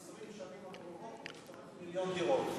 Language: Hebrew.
ב-20 השנים הקרובות, מיליון דירות.